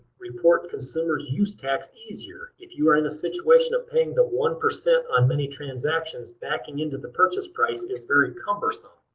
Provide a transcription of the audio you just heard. report consumer's use tax easier. if you are in the situation of paying the one percent um many transactions, backing into the purchase price is very cumbersome.